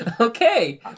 Okay